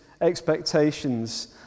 expectations